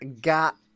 got